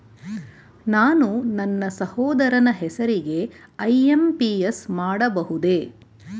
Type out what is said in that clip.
ನಾನು ನನ್ನ ಸಹೋದರನ ಹೆಸರಿಗೆ ಐ.ಎಂ.ಪಿ.ಎಸ್ ಮಾಡಬಹುದೇ?